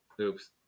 oops